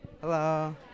Hello